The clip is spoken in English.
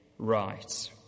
Right